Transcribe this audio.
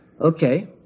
okay